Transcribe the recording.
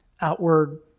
outward